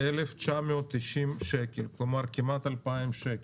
1,990 שקל, כלומר כמעט 2,000 שקל.